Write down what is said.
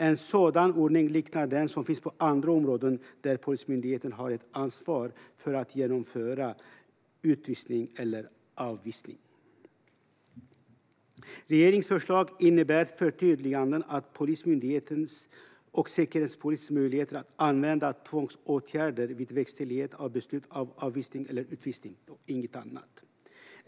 En sådan ordning liknar den som finns på andra områden där Polismyndigheten har ett ansvar för att genomföra utvisning eller avvisning. Regeringens förslag innebär ett förtydligande av Polismyndighetens och Säkerhetspolisens möjligheter att använda tvångsåtgärder vid verkställighet av beslut om avvisning eller utvisning - och inget annat.